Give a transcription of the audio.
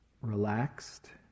relaxed